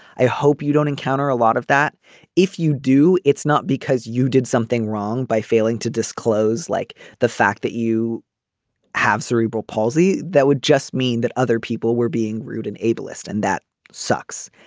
i hope you don't encounter a lot of that if you do. it's not because you did something wrong by failing to disclose like the fact that you have cerebral palsy that would just mean that other people were being rude and ablest and that sucks.